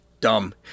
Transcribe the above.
dumb